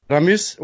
Ramis